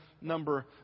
number